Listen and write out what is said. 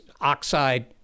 oxide